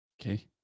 Okay